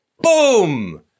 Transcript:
Boom